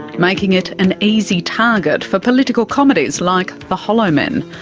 making it an easy target for political comedies like the hollowmen.